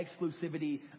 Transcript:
exclusivity